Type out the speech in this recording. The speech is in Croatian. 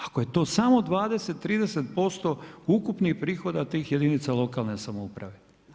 Ako je to samo 20, 30% ukupnih prihoda tih jedinica lokalne samouprave.